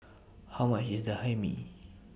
How much IS The Hae Mee